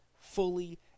fully